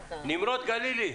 נמרוד הגלילי.